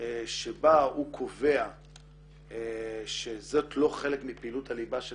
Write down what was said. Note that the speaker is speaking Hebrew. שבה הוא קובע שזאת לא חלק מפעילות הליבה של